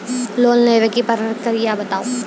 Loan लेवे के प्रक्रिया बताहू?